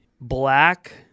black